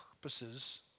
purposes